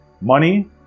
money